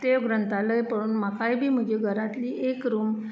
ते ग्रंथालय पळोवन म्हाकाय बी म्हजी घरांतली एक रूम